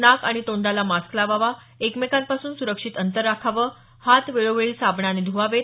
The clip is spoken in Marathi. नाक आणि तोंडाला मास्क लावावा एकमेकांपासून सुरक्षित अंतर राखावं हात वेळोवेळी साबणाने ध्वावेत